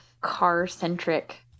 car-centric